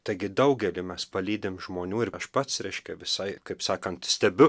taigi daugelį mes palydim žmonių ir aš pats reiškia visai kaip sakant stebiu